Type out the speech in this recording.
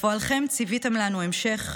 בפועלכם ציוויתם לנו המשך,